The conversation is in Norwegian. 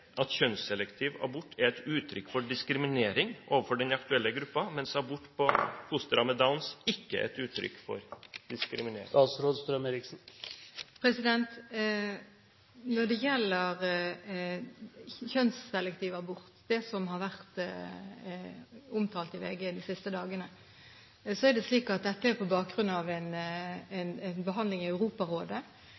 et uttrykk for diskriminering? Når det gjelder kjønnsselektiv abort – det som har vært omtalt i VG de siste dagene – så er det slik at dette er på bakgrunn av en